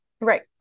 right